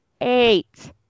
eight